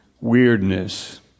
weirdness